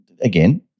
Again